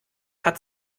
hat